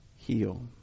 heal